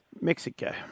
Mexico